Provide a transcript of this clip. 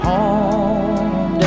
Home